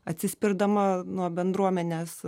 atsispirdama nuo bendruomenės